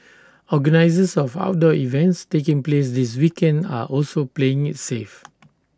organisers of outdoor events taking place this weekend are also playing IT safe